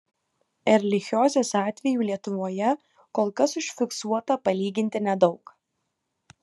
erlichiozės atvejų lietuvoje kol kas užfiksuota palyginti nedaug